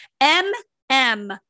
M-M